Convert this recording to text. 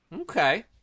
Okay